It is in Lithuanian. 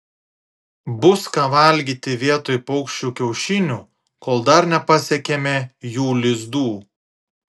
bus ką valgyti vietoj paukščių kiaušinių kol dar nepasiekėme jų lizdų